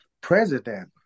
president